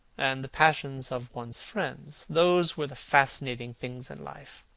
and the passions of one's friends those were the fascinating things in life.